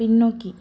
பின்னோக்கி